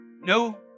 no